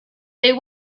they